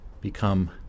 become